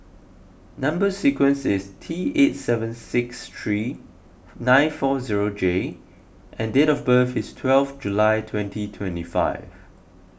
Number Sequence is T eight seven six three nine four zero J and date of birth is twelve July twenty twenty five